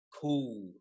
cool